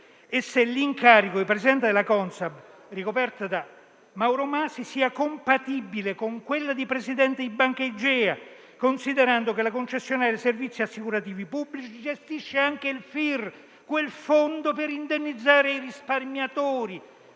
se l'incarico di presidente della Consap ricoperto da Mauro Masi sia compatibile con quello di presidente di Banca Igea, considerando che la concessionaria di servizi assicurativi pubblici gestisce anche il FIR, il fondo per indennizzare i risparmiatori.